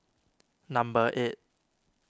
number eight